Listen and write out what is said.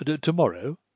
Tomorrow